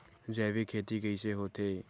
जैविक खेती कइसे होथे?